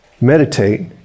meditate